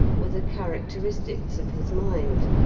were the characteristics of his mind,